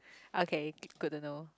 okay good to know